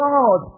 God